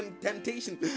temptation